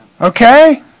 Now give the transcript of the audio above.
Okay